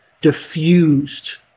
diffused